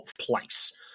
place